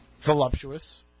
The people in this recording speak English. voluptuous